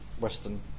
Western